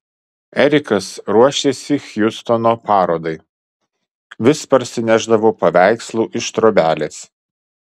erikas ruošėsi hjustono parodai vis parsinešdavo paveikslų iš trobelės